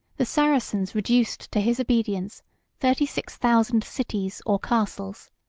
the saracens reduced to his obedience thirty-six thousand cities or castles,